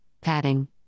padding